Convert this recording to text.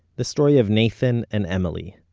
the story of nathan and emily.